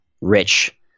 rich